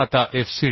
आता FCD